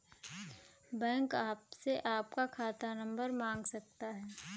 bank आपसे आपका खाता नंबर मांग सकता है